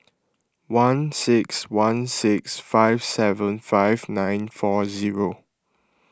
one six one six five seven five nine four zero